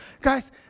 guys